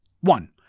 One